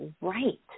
right